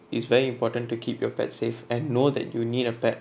it's very important to keep your pet safe and know that you need a pet